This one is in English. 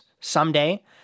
someday